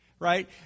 Right